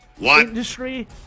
industry